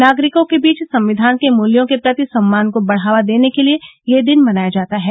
नागरिकों के बीच संविधान के मूल्यों के प्रति सम्मान को बढ़ावा देने के लिए यह दिन मनाया जाता है